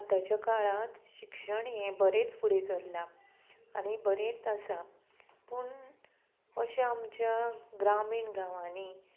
आतांच्या काळांत शिक्षण हें बरेंच फुडें चल्लां आनी बरेंच आसा पूण अशें आमच्या ग्रामीण गांवांनी